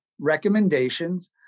recommendations